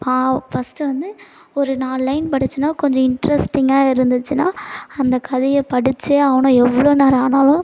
pav first வந்து ஒரு நாலு லைன் படிச்சேன்னால் கொஞ்சம் இன்ட்ரஸ்டிங்காக இருந்துச்சுன்னா அந்த கதையை படித்தே ஆகணும் எவ்வளோ நேரம் ஆனாலும்